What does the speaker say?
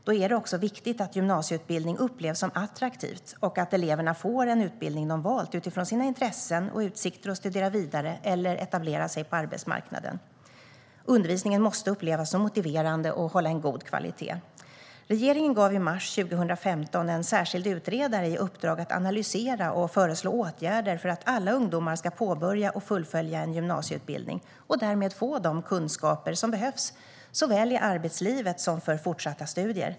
Då är det också viktigt att gymnasieutbildning upplevs som attraktivt och att eleverna får en utbildning de valt utifrån sina intressen och utsikter att studera vidare eller etablera sig på arbetsmarknaden. Undervisningen måste upplevas som motiverande och hålla en god kvalitet. Regeringen gav i mars 2015 en särskild utredare i uppdrag att analysera och föreslå åtgärder för att alla ungdomar ska påbörja och fullfölja en gymnasieutbildning och därmed få de kunskaper som behövs såväl i arbetslivet som för fortsatta studier.